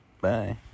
Bye